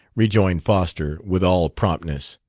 rejoined foster, with all promptness.